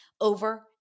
over